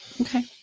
Okay